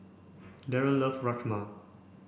Daren love Rajma